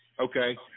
Okay